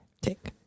Take